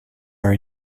are